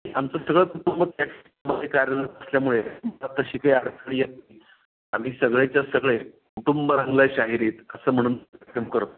आमचं सगळं कुटुंब कार्य असल्यामुळे तशी काही येत नाही आम्ही सगळेच्या सगळे कुटुंब रंगलं आहे शाहिरीत असं म्हणून